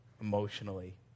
emotionally